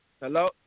Hello